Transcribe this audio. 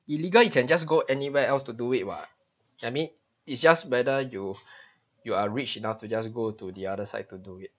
illegal you can just go anywhere else to do it what I mean it's just whether you you are rich enough to just go to the other side to do it